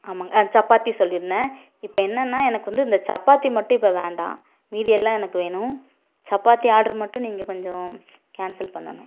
ஆமாங்க சப்பாத்தி சொல்லி இருந்தன் இப்போ என்னன்னா எனக்கு வந்து இந்த சப்பாத்தி மட்டும் இப்போ வேண்டாம் மீதி எல்லாம் எனக்கு வேணும் சப்பாத்தி ஆர்ட்ரு மட்டும் நீங்கள் கொஞ்சம் கேன்சல் பண்ணனும்